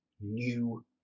new